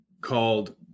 called